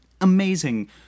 amazing